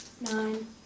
nine